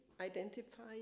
identify